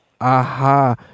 aha